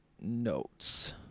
notes